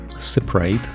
separate